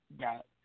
got